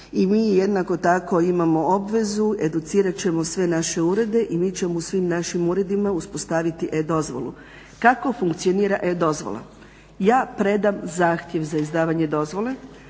i mi jednako tako imamo obvezu, educirat ćemo sve naše urede i mi ćemo u svim našim uredima uspostaviti e-dozvolu. Kako funkcionira e-dozvola? Ja predam zahtjev za izdavanje dozvole,